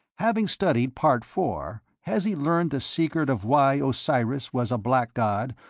having studied part four, has he learned the secret of why osiris was a black god,